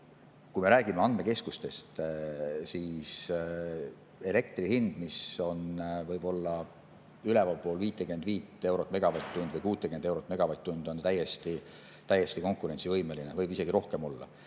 kui me räägime andmekeskustest, on elektri hind ülevalpool 55 eurot megavatt-tundi või 60 eurot megavatt-tundi, täiesti konkurentsivõimeline. Võib isegi rohkem olla.